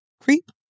Creep